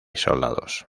soldados